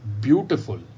Beautiful